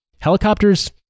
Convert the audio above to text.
helicopters